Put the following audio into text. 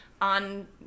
on